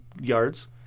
yards